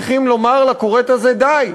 צריכים לומר לכורת הזה די.